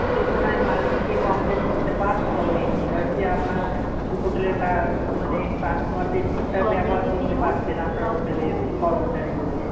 দেখুন আমি মালিককে কমপ্লেন করতে বাধ্য হবো এই বিষয় যে আপনার হোটেলের মানে কাস্টোমারদের ঠিকঠাক ব্যবহার করতে পারছে না আপনার হোটেলের কর্মচারীগুলো